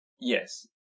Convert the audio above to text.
Yes